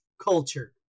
culture